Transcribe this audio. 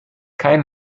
kein